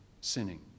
sinning